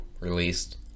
released